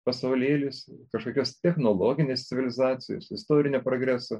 pasaulėlis kažkokios technologinės civilizacijos istorinio progreso